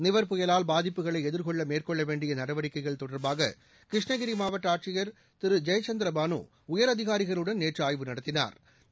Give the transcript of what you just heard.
நிவர் புயவால் பாதிப்புகளை எதிர்கொள்ள மேற்கொள்ள வேண்டிய நடவடிக்கைகள் தொடர்பாக கிருஷ்ணகிரி மாவட்ட ஆட்சியர் திரு ஜெயசந்திர பானு உயர் அதிகாரிகளுடன் நேற்று ஆய்வு நடத்தினா்